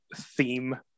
theme